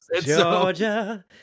Georgia